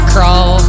Crawl